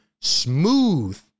smooth